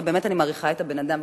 ובאמת אני מעריכה את האדם,